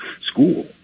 school